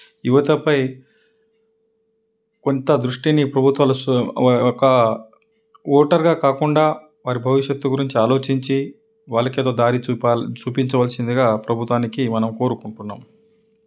యువతపై కొంత దృష్టిని ప్రభుత్వాలు ఒక ఓటర్గా కాకుండా వారి భవిష్యత్తు గురించి ఆలోచించి వాళ్ళకు ఏదో దారి చూపాలి చూపించవలసిందిగా ప్రభుత్వానికి మనం కోరుకుంటున్నాం